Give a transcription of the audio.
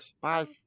Bye